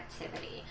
activity